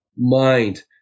mind